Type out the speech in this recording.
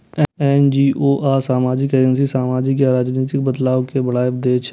NGO आ सामाजिक agency सामाजिक या राजनीतिक बदलाव कें बढ़ावा दै छै